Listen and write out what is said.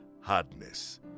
hardness